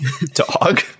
dog